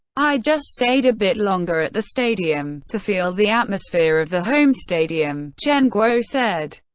i just stayed a bit longer at the stadium, to feel the atmosphere of the home stadium, chen guo said.